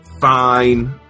fine